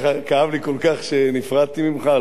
כאב לי כל כך שנפרדתי ממך.